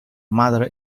mother